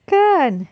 kan